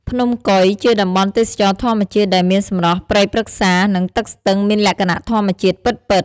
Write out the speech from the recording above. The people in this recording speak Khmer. ភ្នំកុយ ជាតំបន់ទេសចរណ៍ធម្មជាតិដែលមានសម្រស់ព្រៃប្រឹក្សា និងទឹកស្ទឹងមានលក្ខណៈធម្មជាតិពិតៗ។